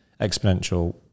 exponential